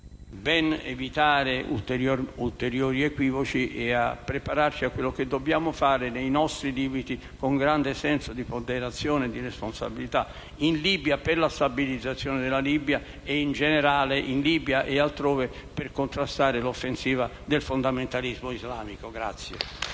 ben evitare ulteriori equivoci e a prepararci a quello che dobbiamo fare, nei nostri limiti, con grande senso di ponderazione e di responsabilità, in Libia, per la stabilizzazione della Libia, e in generale - in Libia e altrove - per contrastare l'offensiva del fondamentalismo islamico. *(Applausi